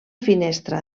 finestra